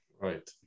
Right